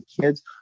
kids